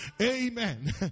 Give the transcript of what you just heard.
Amen